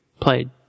played